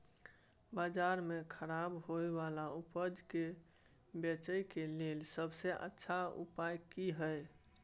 बाजार में खराब होय वाला उपज के बेचय के लेल सबसे अच्छा उपाय की हय?